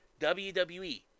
WWE